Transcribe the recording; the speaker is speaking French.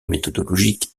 méthodologique